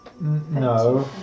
No